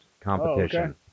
competition